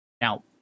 Now